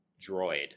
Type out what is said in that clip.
droid